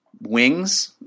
Wings